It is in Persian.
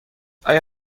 آیا